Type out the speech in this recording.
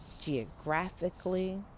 Geographically